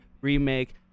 Remake